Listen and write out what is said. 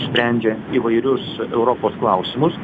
sprendžiant įvairius europos klausimus